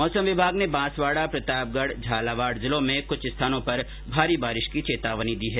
मौसम विभाग ने बांसवाड़ा प्रतापगढ और झालावाड़ जिलों में कुछ स्थानों पर भारी बारिश की चेतावनी दी है